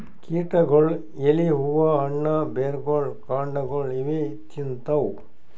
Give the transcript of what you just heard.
ಕೀಟಗೊಳ್ ಎಲಿ ಹೂವಾ ಹಣ್ಣ್ ಬೆರ್ಗೊಳ್ ಕಾಂಡಾಗೊಳ್ ಇವೇ ತಿಂತವ್